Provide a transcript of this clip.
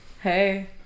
Hey